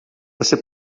você